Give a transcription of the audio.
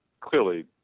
clearly